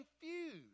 confused